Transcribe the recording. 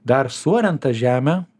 dar suariant tą žemę